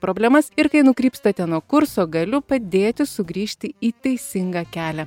problemas ir kai nukrypstate nuo kurso galiu padėti sugrįžti į teisingą kelią